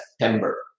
September